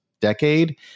decade